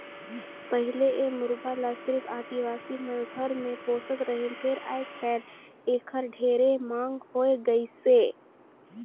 पहिले ए मुरगा ल सिरिफ आदिवासी मन घर मे पोसत रहिन फेर आयज कायल एखर ढेरे मांग होय गइसे